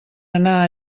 anar